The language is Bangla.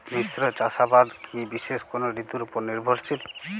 মিশ্র চাষাবাদ কি বিশেষ কোনো ঋতুর ওপর নির্ভরশীল?